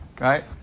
right